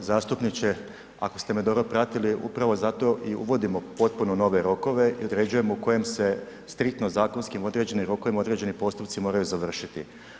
Poštovani zastupniče, ako ste me dobro pratili, upravo zato i uvodimo potpuno nove rokove i određujemo u kojem se striktno zakonskim određenim rokovima određeni postupci moraju završiti.